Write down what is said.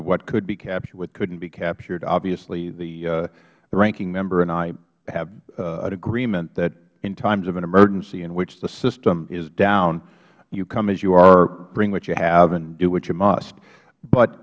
of what could be captured what couldn't be captured obviously the ranking member and i have an agreement that in times of an emergency in which the system is down you come as you are bring what you have and do what you must but